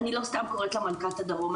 אני לא סתם קוראת לה מלכת הדרום.